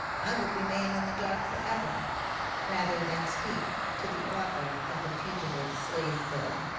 i would remain in the dark forever rather than speak to the author of the fucdtive slave bill